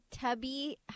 Tubby